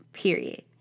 Period